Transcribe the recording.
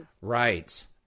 Right